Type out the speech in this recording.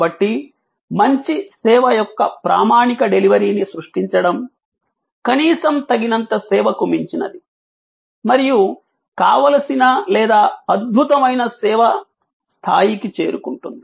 కాబట్టి మంచి సేవ యొక్క ప్రామాణిక డెలివరీని సృష్టించడం కనీసం తగినంత సేవకు మించినది మరియు కావలసిన లేదా అద్భుతమైన సేవ స్థాయికి చేరుకుంటుంది